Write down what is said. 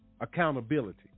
Accountability